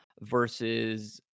versus